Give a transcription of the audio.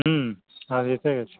হুম আজ এসে গেছে